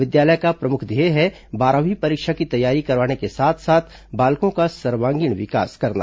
विद्यालय का प्रमुख ध्येय है बारहवीं परीक्षा की तैयारी करवाने के साथ साथ बालको का सर्वागीण विकास करना